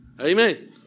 Amen